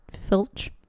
Filch